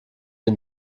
den